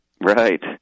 Right